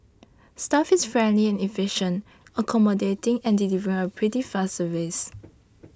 staff is friendly and efficient accommodating and delivering a pretty fast service